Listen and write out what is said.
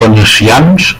venecians